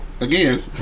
again